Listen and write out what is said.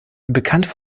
bekannt